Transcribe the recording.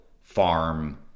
farm